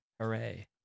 Hooray